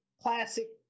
classic